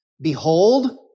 Behold